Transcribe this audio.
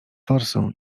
forsą